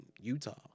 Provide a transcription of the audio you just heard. Utah